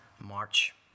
march